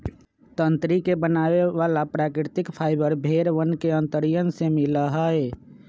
तंत्री के बनावे वाला प्राकृतिक फाइबर भेड़ वन के अंतड़ियन से मिला हई